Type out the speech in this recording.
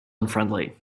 unfriendly